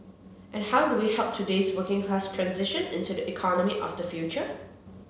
and how do we help today's working class transition and to the economy of the future